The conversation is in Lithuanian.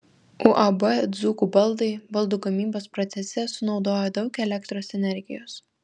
uab dzūkų baldai baldų gamybos procese sunaudoja daug elektros energijos